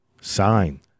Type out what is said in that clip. sign